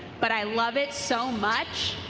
but i love it so much,